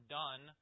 done